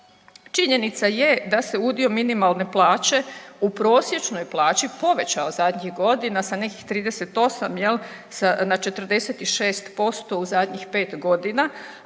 Činjenica je da se udio minimalne plaće u prosječnoj plaći povećao zadnjih godina sa nekih 38 jel na 46% u zadnjih 5 godina,